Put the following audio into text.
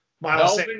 Miles